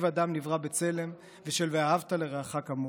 אדם שנברא בצלם" ושל "ואהבת לרעך כמוך".